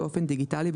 באופן דיגיטלי,